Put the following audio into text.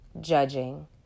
judging